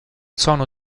sono